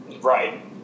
Right